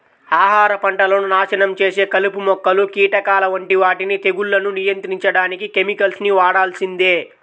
ఆహార పంటలను నాశనం చేసే కలుపు మొక్కలు, కీటకాల వంటి వాటిని తెగుళ్లను నియంత్రించడానికి కెమికల్స్ ని వాడాల్సిందే